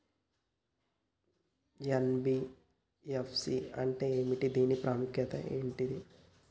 NBFC అంటే ఏమిటి దాని ప్రాముఖ్యత ఏంటిది?